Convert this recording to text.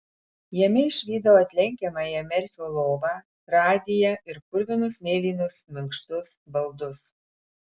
jame išvydau atlenkiamąją merfio lovą radiją ir purvinus mėlynus minkštus baldus